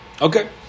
Okay